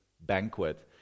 banquet